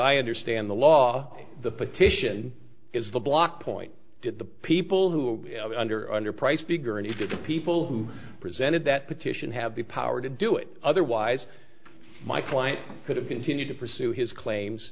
i understand the law the petition is the block point that the people who are under underprice bigger and to the people who presented that petition have the power to do it otherwise my client could have continued to pursue his claims